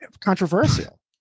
controversial